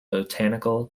botanical